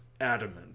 adamant